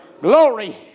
Glory